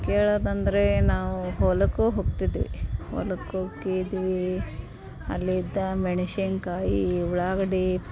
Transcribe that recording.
ಕೇಳೋದಂದರೆ ನಾವು ಹೊಲಕ್ಕೂ ಹೋಗ್ತಿದ್ವಿ ಹೊಲಕ್ ಹೋಕೀದ್ವೀ ಅಲ್ಲಿದ್ದ ಮೆಣಸಿನ್ಕಾಯಿ ಉಳ್ಳಾಗಡ್ಡಿ